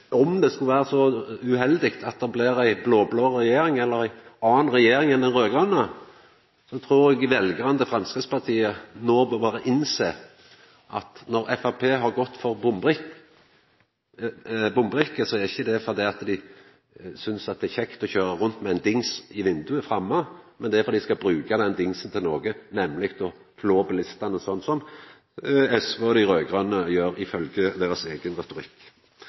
Om me skulle vera så uheldige at det blir ei blå-blå eller ei anna regjering enn den raud-grøne, trur eg veljarane til Framstegspartiet nå berre bør innsjå at når Framstegspartiet har gått for bombrikke, er det ikkje fordi dei synest det er kjekt å køyra rundt med ein dings framme i vindauget, men fordi dei skal bruka den dingsen til noko, nemleg å flå bilistane – slik SV og dei raud-grøne gjer, ifølgje deira eigen retorikk.